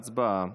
הצבעה.